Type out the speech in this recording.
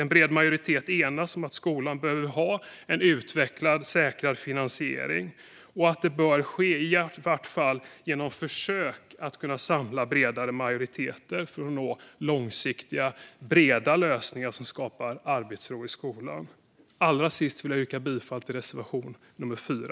En bred majoritet enas om att skolan behöver ha en utvecklad och säkrad finansiering och att detta bör ske genom försök, i varje fall, att samla bredare majoriteter för att nå långsiktiga, breda lösningar som skapar arbetsro i skolan. Allra sist vill jag yrka bifall till reservation nummer 4.